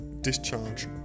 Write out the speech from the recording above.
discharge